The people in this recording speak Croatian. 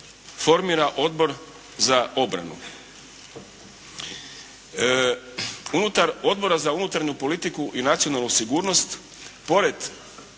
formira Odbor za obranu.